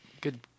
good